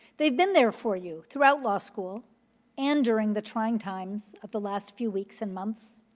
they've been there for you throughout law school and during the trying times of the last few weeks and months.